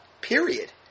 Period